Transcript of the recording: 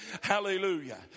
Hallelujah